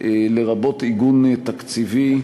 לרבות עיגון תקציבי,